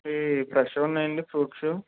ఇవి ఫ్రెషుగున్నాయండి ఫ్రూట్సు